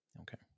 Okay